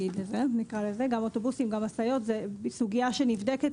באוטובוסים ובמשאיות היא סוגיה שנבדקת.